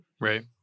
Right